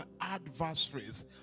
adversaries